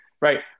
right